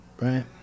right